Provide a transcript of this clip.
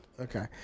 Okay